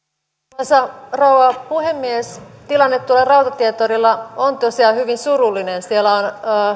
arvoisa rouva puhemies tilanne tuolla rautatientorilla on tosiaan hyvin surullinen siellä on